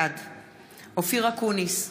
בעד אופיר אקוניס,